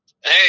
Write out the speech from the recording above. Hey